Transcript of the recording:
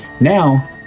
Now